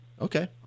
okay